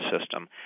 system